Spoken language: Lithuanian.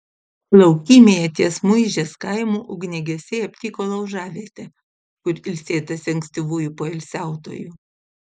laukymėje ties muižės kaimu ugniagesiai aptiko laužavietę kur ilsėtasi ankstyvųjų poilsiautojų